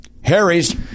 Harry's